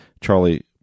Charlie